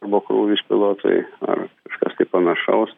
arba krūvis pilotui ar kažkas tai panašaus